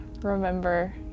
remember